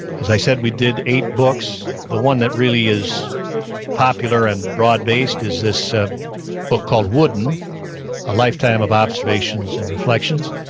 as i said, we did eight books. the one that really is popular and broad-based is this ah book called wooden a lifetime of observations and reflections.